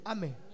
Amen